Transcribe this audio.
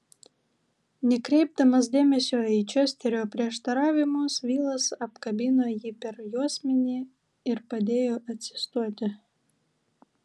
nekreipdamas dėmesio į česterio prieštaravimus vilas apkabino jį per juosmenį ir padėjo atsistoti